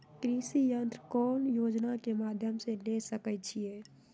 कृषि यंत्र कौन योजना के माध्यम से ले सकैछिए?